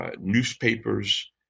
newspapers